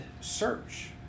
search